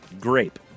Grape